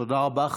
תודה רבה.